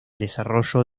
desarrollo